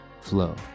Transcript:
flow